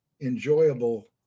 enjoyable